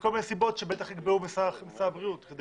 מכל מיני סיבות שבטח יקבעו עם שר הבריאות כדי